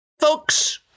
folks